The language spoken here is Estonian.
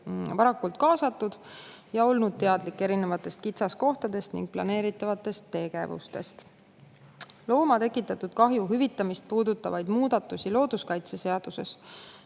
varakult kaasatud ja olnud teadlik erinevatest kitsaskohtadest ning planeeritavatest tegevustest. Looma tekitatud kahju hüvitamist puudutavaid muudatusi looduskaitseseaduses